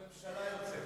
הממשלה יוצאת.